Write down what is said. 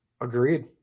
agreed